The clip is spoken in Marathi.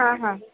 हां हां